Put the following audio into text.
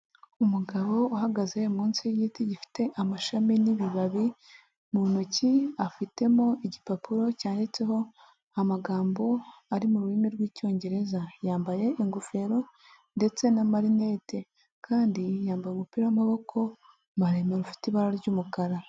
Umugabo uhagaze munsi y'igiti gifite amashami n'ibibabi, mu ntoki afitemo igipapuro cyanditseho amagambo ari mu rurimi rw'icyongereza, yambaye ingofero ndetse na marinete kandi yambaye umupira w'amaboko maremare ufite ibara ry'umukara.